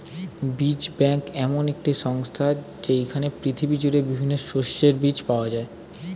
বীজ ব্যাংক এমন একটি সংস্থা যেইখানে পৃথিবী জুড়ে বিভিন্ন শস্যের বীজ পাওয়া যায়